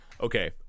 Okay